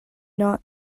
not